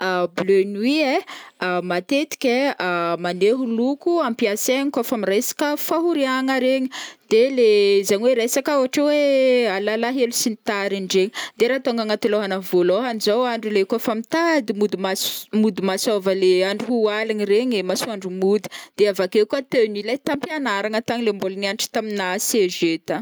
Bleu nuit ai, matetiky ai maneho loko ampiasaigny kô fa miresaka fahoriagna regny, de le zegny oe resaka ôhatra oe alalahelo sy ny tariny regny, de raha tônga agnaty lôhana vôlôhany zao andro le kô fa mitady mody mass- mody masôva le andro ho aligny iregny ai, masoandro mody, de avakeo koa tenue lai tampianaragna tany le mbôla niagnatra tamina CEG tany.